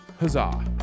huzzah